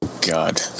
God